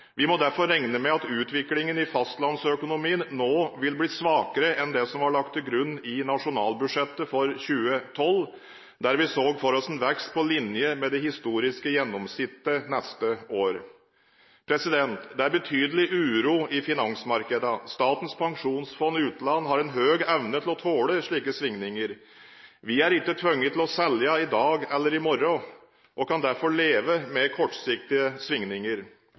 Vi må derfor regne med at utviklingen i fastlandsøkonomien nå vil bli svakere enn det som ble lagt til grunn i nasjonalbudsjettet for 2012, der vi så for oss en vekst på linje med det historiske gjennomsnittet neste år. Det er betydelig uro i finansmarkedene. Statens pensjonsfond utland har en høy evne til å tåle slike svingninger. Vi er ikke tvunget til å selge i dag eller i morgen og kan derfor leve med kortsiktige svingninger.